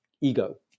ego